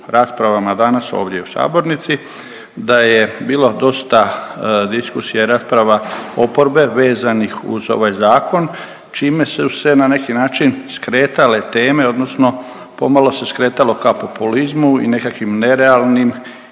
raspravama danas ovdje u sabornici da je bilo dosta diskusija i rasprava oporbe vezanih uz ovaj zakon čime su se na neki način skretale teme odnosno pomalo se skretalo ka populizmu i nekakvih nerealnim